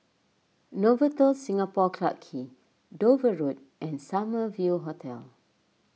Novotel Singapore Clarke Quay Dover Road and Summer View Hotel